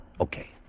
Okay